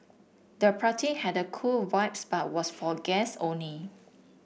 the party had a cool vibes but was for guests only